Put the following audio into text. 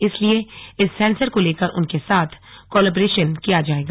इसलिए इस सेंसर को लेकर उनके साथ कोलैबोरेशन किया जाएगा